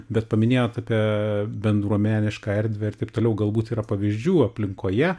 bet paminėjot apie bendruomenišką erdvę ir taip toliau galbūt yra pavyzdžių aplinkoje